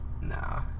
Nah